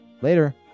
later